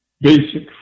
basic